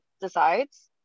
decides